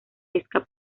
pesca